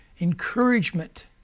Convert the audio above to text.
encouragement